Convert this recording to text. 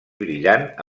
brillant